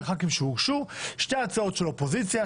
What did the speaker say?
ח"כים שאושרו שתי הצעות של אופוזיציה,